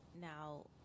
Now